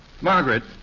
Margaret